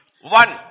One